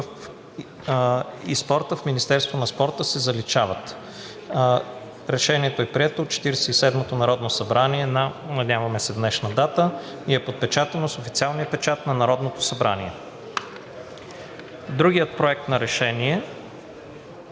и спорта в Министерство на спорта“ се заличават. Решението е прието от 47-ото Народно събрание на ...“– надяваме се, днешна дата – „и е подпечатано с официалния печат на Народното събрание.“ Другият: „Проект! РЕШЕНИЕ